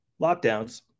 lockdowns